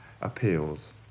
appeals